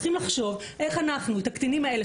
צריכים לחשוב איך אנחנו את הקטינים האלה,